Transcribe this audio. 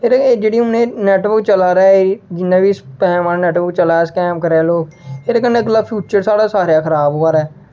जेह्ड़े जेह्ड़ी में एह् नेटवर्क चला दा ऐ जि'न्ना बी स्कैम दा नेटवर्क चला दा स्कैम करा दे लोग एह्दे कन्नै अगला फ्यूचर साढ़ा खराब होआ दा ऐ